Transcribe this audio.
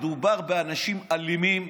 מדובר באנשים אלימים,